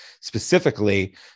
specifically